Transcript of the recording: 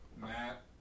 Matt